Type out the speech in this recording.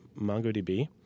MongoDB